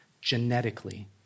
genetically